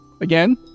again